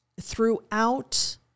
throughout